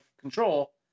control